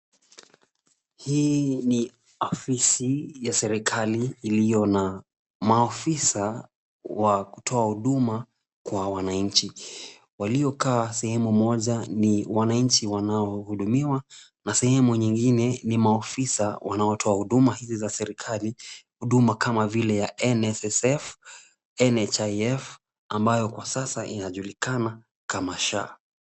Hii ni afisi ya serikali iliyo na maafisa wa kutoa huduma kwa wananchi. Waliokaa sehemu moja ni wananchi wanaohudumiwa na sehemu nyingine ni maafisa wanaotoa huduma hizi za serikali huduma kama vile ya NSSF, NHIF, ambayo kwa sasa inajulikana kama SHA.